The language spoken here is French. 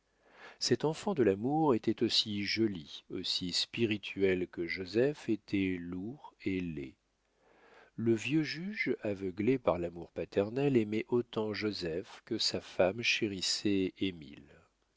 cet enfant de l'amour était aussi joli aussi spirituel que joseph était lourd et laid le vieux juge aveuglé par l'amour paternel aimait autant joseph que sa femme chérissait